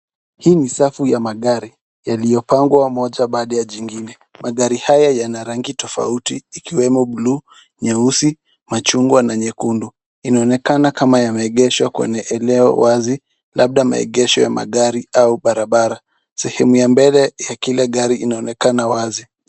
Hii ni safu ya magari yaliyopangwa moja baada ya jingine. Magari haya yana rangi tofauti ikiwemo buluu, nyeusi, machungwa na nyekundu. Inaonekana kama yameegeshwa kwenye eneo wazi, labda maegesho ya magari au barabara. Sehemu ya mbele ya kila gari inaonekana wazi.